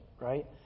right